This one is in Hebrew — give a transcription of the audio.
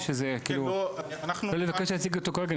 אני לא מבקש להציג אותו כרגע,